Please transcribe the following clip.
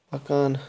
مکان